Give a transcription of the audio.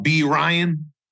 bryan